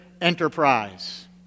Enterprise